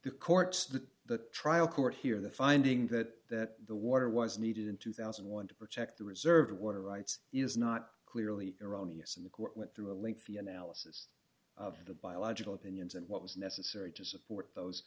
the court the trial court here the finding that the water was needed in two thousand and one to protect the reserved water rights is not clearly erroneous and the court went through a lengthy analysis of the biological opinions and what was necessary to support those